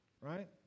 right